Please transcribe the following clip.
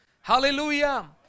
Hallelujah